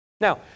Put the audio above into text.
Now